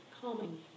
Calming